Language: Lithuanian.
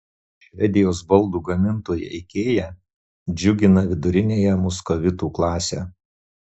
švedijos baldų gamintoja ikea džiugina viduriniąją muskovitų klasę